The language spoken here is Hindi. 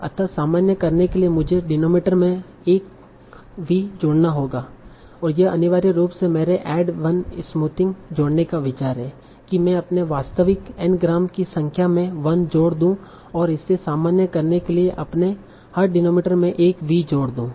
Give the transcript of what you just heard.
अतः सामान्य करने के लिए मुझे डिनोमिनेटर में एक V जोड़ना होगा और यह अनिवार्य रूप से मेरे ऐड वन स्मूथिंग जोड़ने का विचार है कि मैं अपने वास्तविक N ग्राम की संख्या में 1 जोड़ दूं और इसे सामान्य करने के लिए अपने हर डिनोमिनेटर में एक V जोड़ दूं